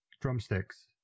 drumsticks